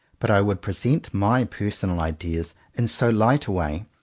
but i would present my per sonal ideas in so light a way,